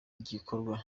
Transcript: gikorwa